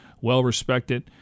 well-respected